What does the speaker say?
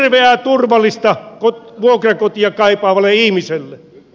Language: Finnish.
hirveää turvallista vuokrakotia kaipaavalle ihmiselle